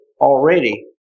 already